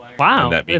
Wow